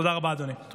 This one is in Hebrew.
תודה רבה, אדוני.